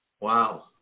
wow